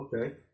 Okay